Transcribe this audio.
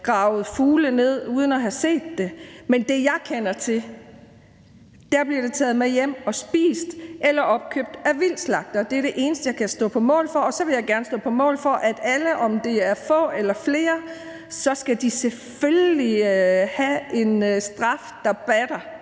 gravet fugle ned, uden at have set det. Men ved det, jeg kender til, bliver det taget med hjem og spist eller opkøbt af vildtslagtere. Det er det eneste, jeg kan stå på mål for. Og så vil jeg gerne stå på mål for, at alle, om det er få eller flere, selvfølgelig skal have en straf, der batter,